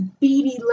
beady